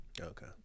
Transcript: Okay